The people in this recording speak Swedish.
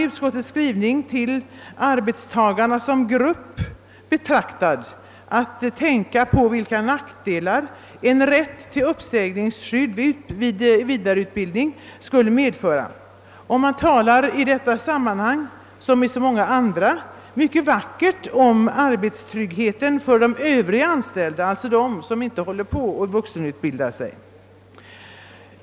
Utskottet vädjar vidare till arbetstagarna som grupp att tänka på de nackdelar som en rätt till uppsägningsskydd vid vidareutbildning skulle medföra. Det talas i detta som i så många andra sammanhang mycket vackert om arbetstryggheten för de övriga anställda, d.v.s. för dem som inte genomgår vuxenutbildning.